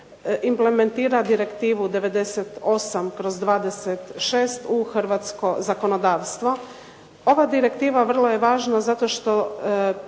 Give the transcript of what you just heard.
implementira Direktivu 98/26 u hrvatsko zakonodavstvo. Ova direktiva vrlo je važna zato što